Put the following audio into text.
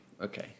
Okay